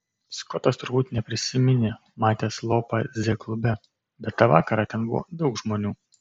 skotas turbūt neprisiminė matęs lopą z klube bet tą vakarą ten buvo daug žmonių